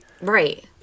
right